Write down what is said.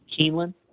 Keeneland